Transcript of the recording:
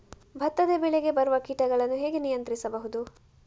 ಭತ್ತದ ಬೆಳೆಗೆ ಬರುವ ಕೀಟಗಳನ್ನು ಹೇಗೆ ನಿಯಂತ್ರಿಸಬಹುದು?